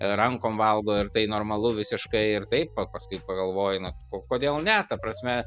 rankom valgo ir tai normalu visiškai ir taip o paskui pagalvoji na o kodėl ne ta prasme